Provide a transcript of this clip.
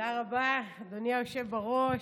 תודה רבה, אדוני היושב-ראש.